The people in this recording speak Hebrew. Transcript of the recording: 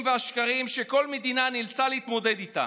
והשקרים שכל המדינה נאלצה להתמודד איתם.